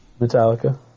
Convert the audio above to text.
Metallica